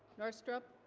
north stroke